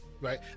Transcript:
right